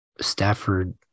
Stafford